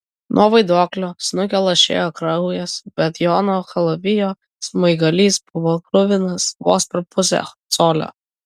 nuo vaiduoklio snukio lašėjo kraujas bet jono kalavijo smaigalys buvo kruvinas vos per pusę colio